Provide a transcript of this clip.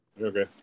Okay